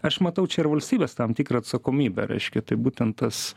aš matau čia ir valstybės tam tikrą atsakomybę reiškia tai būtent tas